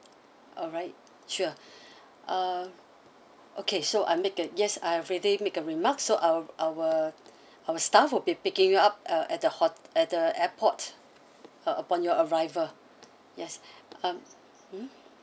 alright sure uh okay so I make a yes I already make a remark so our our our staff would be picking you up uh at the hot~ at the airport uh upon your arrival yes um mm